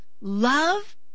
love